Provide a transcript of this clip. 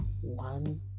one